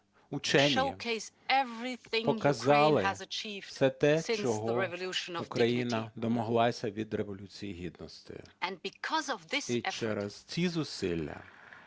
вчені показали все те, чого Україна домоглася від Революції Гідності. І через ці зусилля